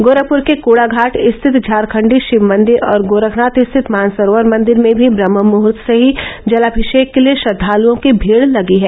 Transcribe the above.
गोरखपुर के कुडाघाट स्थित झारखंडी शिव मंदिर और गोरखनाथ स्थित मानसरोवर मंदिर में भी व्रहममूहूर्त से ही जलाभिषेक के लिए श्रद्वाल्ओं की भीड़ लगी है